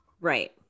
Right